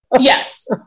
Yes